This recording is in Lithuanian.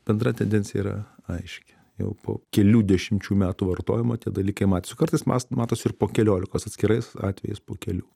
bendra tendencija yra aiški jau po kelių dešimčių metų vartojimo tie dalykai matėsi kartais mas matosi ir po keliolikos atskirais atvejais po kelių